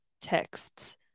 texts